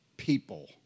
people